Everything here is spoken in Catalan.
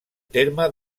terme